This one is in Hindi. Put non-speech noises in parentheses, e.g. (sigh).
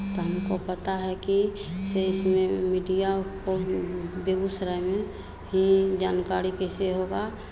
त हमको पता है की सही समय में मीडिया को (unintelligible) बेगुसराई में जानकाड़ी कैसे होगा